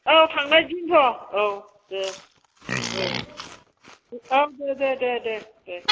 औ थांनांसिगोनथ' औ दे ओ औ दे दे दे